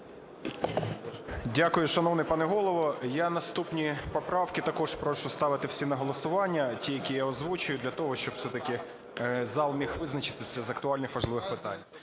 Дякую, шановний пане Голово. Я наступні поправки також прошу ставити всі на голосування, ті, які я озвучую для того, щоб все-таки зал міг визначитись з актуальних, важливих питань.